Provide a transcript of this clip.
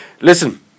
listen